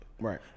Right